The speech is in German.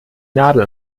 nadel